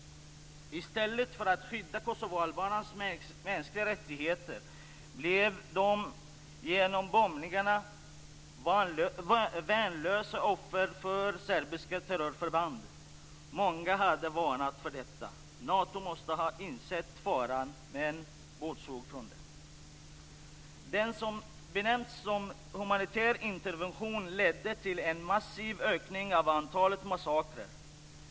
I stället för att man skyddade kosovoalbanernas mänskliga rättigheter blev de genom bombningarna värnlösa offer för serbiska terrorförband. Många hade varnat för detta. Nato måste ha insett faran, men bortsåg från den. Det som benämnts som en humanitär intervention ledde till en massiv ökning av antalet massakrer.